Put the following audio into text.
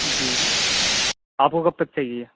جی آپ کو کب تک چاہیے